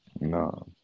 No